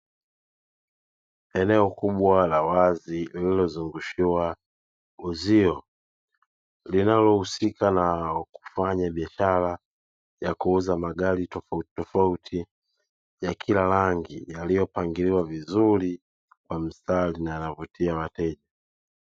Eneo kubwa la wazi lililozungushiwa uzio linalohusika na kufanya biashara ya kuuza magari tofautitofauti, ya kila rangi yaliyopangiliwa vizuri kwa mstari na yanavutia wateja.